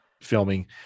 filming